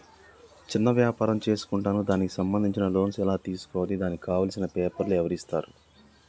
చిన్న వ్యాపారం చేసుకుంటాను దానికి సంబంధించిన లోన్స్ ఎలా తెలుసుకోవాలి దానికి కావాల్సిన పేపర్లు ఎవరిస్తారు?